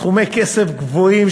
סכומי כסף גבוהים,